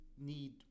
need